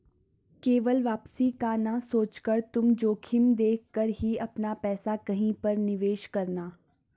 केवल वापसी का ना सोचकर तुम जोखिम देख कर ही अपना पैसा कहीं पर निवेश करना